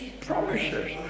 promises